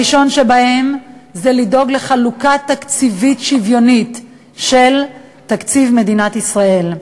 הראשון שבהם זה לדאוג לחלוקה שוויונית של תקציב מדינת ישראל.